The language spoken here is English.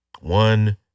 One